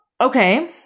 okay